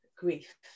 grief